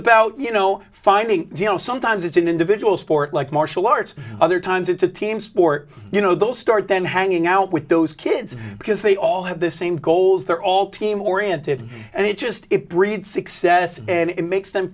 about you know finding you know sometimes it's an individual sport like martial arts other times it's a team sport you know those start then hanging out with those kids because they all have the same goals they're all team oriented and it just it breeds success and it makes them